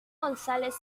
gonzález